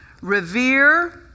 revere